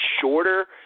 Shorter